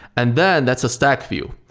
and then that's a stack view.